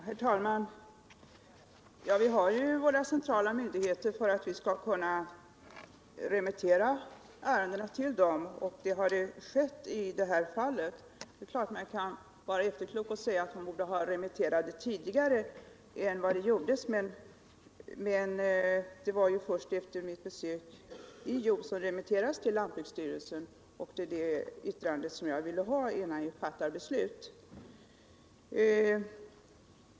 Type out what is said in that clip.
Herr talman! Vi har ju våra centrala myndigheter bl.a. för att kunna remittera ärenden till dem, och det har skett i det här fallet. Man kan ju vara efterklok och säga att vi borde ha remitterat det tidigare än som gjordes — det var först efter mitt besök i Hjo som ärendet remitterades till lantbruksstyrelsen. Det yttrandet ville jag ha innan jag fattade beslut.